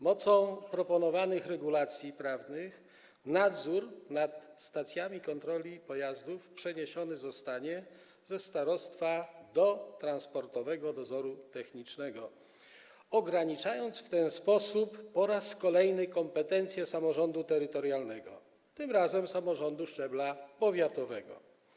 Mocą proponowanych regulacji prawnych nadzór nad stacjami kontroli pojazdów przeniesiony zostanie ze starostwa do Transportowego Dozoru Technicznego, ograniczając w ten sposób po raz kolejny kompetencje samorządu terytorialnego, tym razem samorządu szczebla powiatowego.